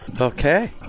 Okay